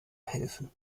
helfen